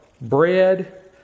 bread